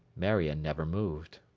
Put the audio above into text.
marion never moved.